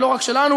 ולא רק שלנו,